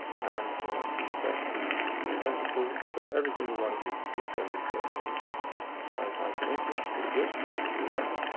and the text is identical, so every single one of these has been turned into a live. that's pretty good! i'm quite happy with that!